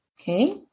Okay